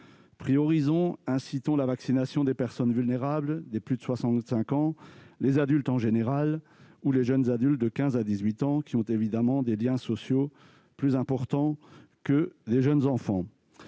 Priorisons plutôt, et incitons à la vaccination des personnes vulnérables, des plus de 65 ans, des adultes en général ou des jeunes adultes de 15 à 18 ans, qui ont évidemment des liens sociaux plus importants que les jeunes enfants.